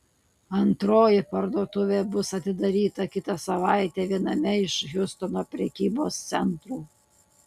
antroji parduotuvė bus atidaryta kitą savaitę viename iš hjustono prekybos centrų